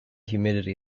humidity